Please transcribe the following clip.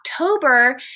October